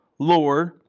Lord